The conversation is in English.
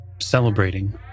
celebrating